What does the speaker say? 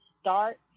start